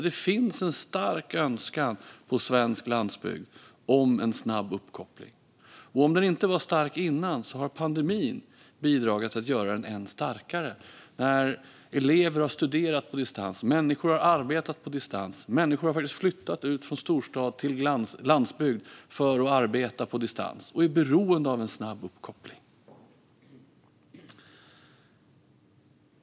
Det finns en stark önskan på svensk landsbygd om en snabb uppkoppling. Och om den var stark innan har pandemin bidragit till att göra den än starkare. Elever har studerat på distans. Människor har arbetat på distans. Människor har faktiskt flyttat ut från storstad till landsbygd för att arbeta på distans och är beroende av en snabb uppkoppling.